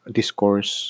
discourse